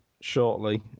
shortly